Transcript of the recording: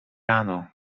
rano